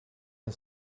and